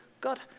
God